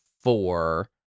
four